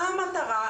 מה המטרה,